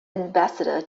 ambassador